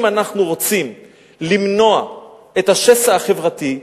אם אנחנו רוצים למנוע את השסע החברתי,